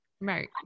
right